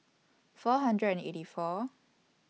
four hundred and eighty four